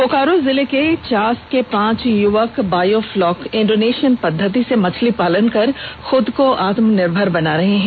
बोकारो जिले के चास के पांच युवक बायोफ्लॉक इंडोनेशियन पद्धति से मछली पालन कर खूद को आत्मनिर्भर बना रहे हैं